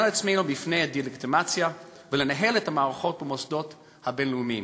על עצמנו בפני הדה-לגיטימציה ולנהל את המערכות במוסדות הבין-לאומיים.